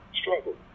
struggle